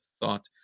thought